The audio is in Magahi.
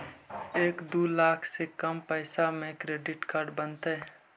एक दू लाख से कम पैसा में क्रेडिट कार्ड बनतैय?